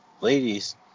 ladies